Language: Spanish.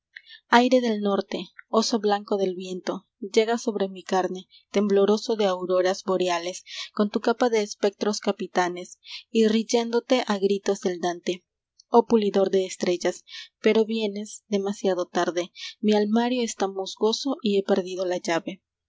aire del norte oso blanco del viento llegas sobre mi carne tembloroso de auroras boreales con tu capa de espectros capitanes y riyéndote a gritos del dante oh pulidor de estrellas pero vienes demasiado tarde mi almario está musgoso y he perdido la llave